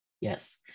Yes